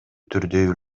түрдө